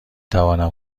توانم